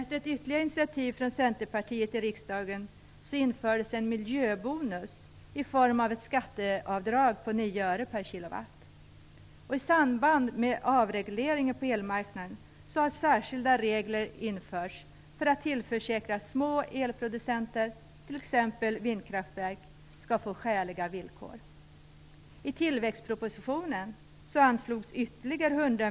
Efter ytterligare ett initiativ i riksdagen från Centerpartiet infördes en miljöbonus i form av ett skatteavdrag på 9 I samband med avregleringen på elmarknaden har särskilda regler införts för att tillförsäkra små elproducenter, t.ex. vindkraftverk, skäliga villkor.